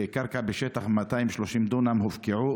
וקרקע בשטח 280 דונם הופקעה,